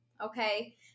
Okay